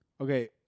Okay